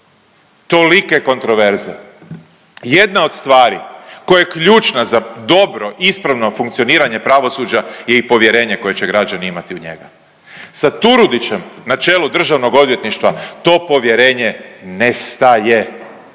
Tolike kontroverze. Jedna od stvari koja je ključna za dobro, ispravno funkcioniranje pravosuđa je i povjerenje koje će građani imati u njega. Sa Turudićem na čelu DORH-a, to povjerenje nestaje.